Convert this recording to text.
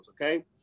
okay